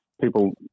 people